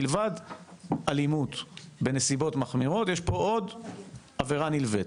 מלבד אלימות בנסיבות מחמירות יש פה עוד עבירה נלווית?